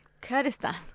Kurdistan